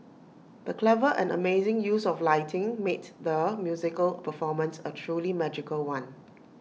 the clever and amazing use of lighting made the musical performance A truly magical one